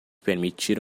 permitir